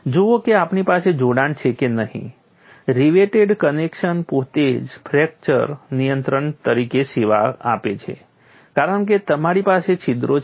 જુઓ કે આપણી પાસે જોડાણ છે કે નહીં રિવેટેડ કનેક્શન પોતે જ ફ્રેક્ચર નિયંત્રણ તરીકે સેવા આપે છે કારણ કે તમારી પાસે છિદ્રો છે